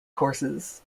courses